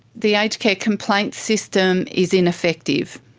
the aged care complaints system is ineffective.